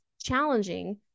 challenging